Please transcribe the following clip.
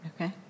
Okay